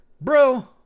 bro